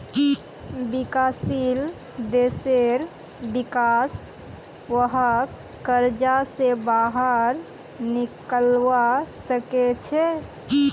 विकासशील देशेर विका स वहाक कर्ज स बाहर निकलवा सके छे